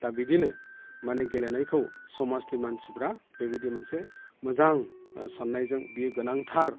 दा बिदिनो मानै गेलेनायखौ समाजनि मानसिफ्रा बेबायदि मोनसे मोजां साननायजों बियो गोनांथार